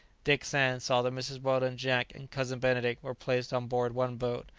dick sands saw that mrs. weldon, jack, and cousin benedict were placed on board one boat,